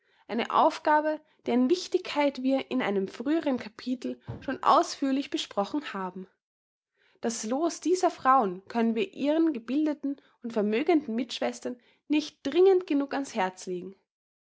eine aufgabe deren wichtigkeit wir in einem früheren kapitel schon ausführlicher besprochen haben das loos dieser frauen können wir ihren gebildeten und vermögenden mitschwestern nicht dringend genug an's herzlegen